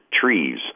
trees